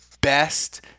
best